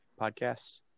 podcasts